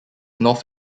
north